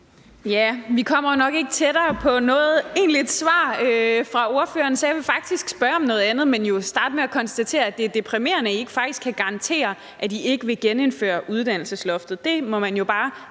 Vi kommer jo nok ikke tættere på noget egentligt svar fra ordføreren, så jeg vil faktisk spørge om noget andet, men starte med at konstatere, at det er deprimerende, I faktisk ikke kan garantere, at I ikke vil genindføre uddannelsesloftet. Det må man jo bare